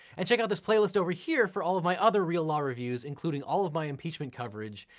and check out this playlist over here for all of my other real law reviews, including all of my impeachment coverage,